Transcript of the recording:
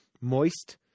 Moist